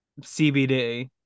cbd